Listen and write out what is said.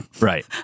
Right